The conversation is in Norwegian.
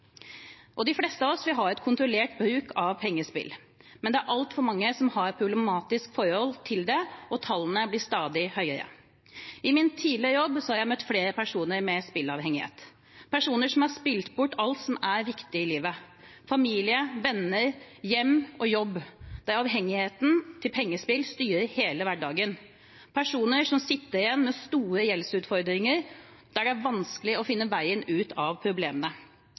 De fleste av oss har et kontrollert bruk av pengespill, men det er altfor mange som har et problematisk forhold til det, og tallene blir stadig høyere. I min tidligere jobb har jeg møtt flere personer med spilleavhengighet, personer som har spilt bort alt som er viktig i livet: familie, venner, hjem og jobb. Avhengigheten til pengespill styrer hele hverdagen. Det er personer som sitter igjen med store gjeldsutfordringer, der det er vanskelig å finne veien ut av problemene.